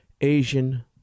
Asian